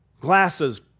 Glasses